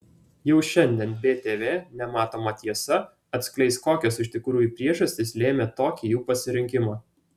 jau šiandien btv nematoma tiesa atskleis kokios iš tikrųjų priežastys lėmė tokį jų pasirinkimą